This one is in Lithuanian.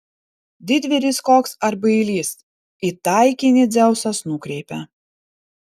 didvyris koks ar bailys į taikinį dzeusas nukreipia